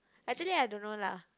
actually I don't know lah